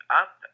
up